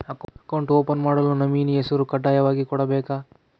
Account open ಮಾಡಲು nominee ಹೆಸರು ಕಡ್ಡಾಯವಾಗಿ ಕೊಡಬೇಕಾ?